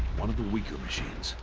one of the weaker machines.